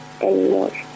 Anymore